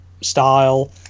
style